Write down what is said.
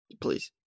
please